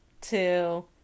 two